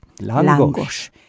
Langos